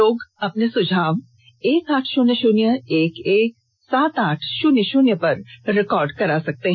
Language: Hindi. लोग अपने सुझाव एक आठ शून्य शून्य एक एक सात आठ शुन्य शुन्य पर रिकार्ड करवा सकते हैं